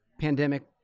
pandemic